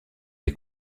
des